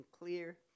clear